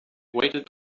waited